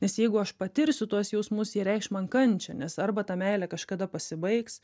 nes jeigu aš patirsiu tuos jausmus jie reikš man kančią nes arba ta meilė kažkada pasibaigs